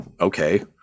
okay